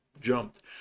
jumped